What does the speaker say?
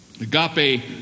Agape